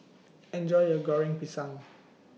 Enjoy your Goreng Pisang